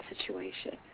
situation